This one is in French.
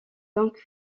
donc